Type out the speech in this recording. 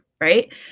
Right